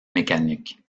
mécaniques